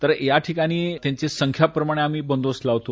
तर या ठिकाणी त्यांच्या संख्येप्रमाणे आम्ही बंदोबस्त लावतो